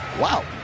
Wow